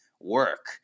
work